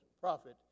prophet